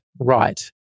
right